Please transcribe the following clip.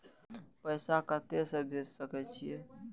पैसा कते से भेज सके छिए?